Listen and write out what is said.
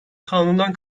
kanundan